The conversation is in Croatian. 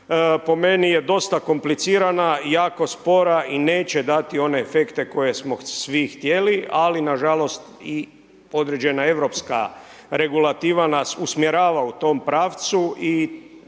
po meni je dosta komplicirana. Jako spora i neće dati one efekte koje smo svi htjeli ali na žalost i određena Europska regulativa nas usmjerava u tom pravcu.